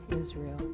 Israel